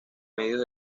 medios